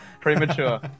premature